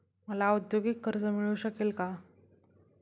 मला औद्योगिक कर्ज मिळू शकेल का?